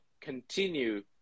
continue